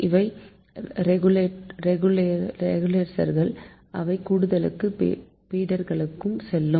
இவை ரீஃகுளோஸர்கள் இவை கூடுதல் பீடர்களுக்கு செல்லும்